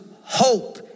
hope